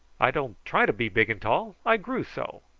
i don't try to be big and tall! i grew so.